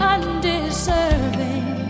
Undeserving